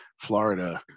Florida